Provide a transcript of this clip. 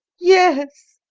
yes,